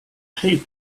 hate